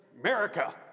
America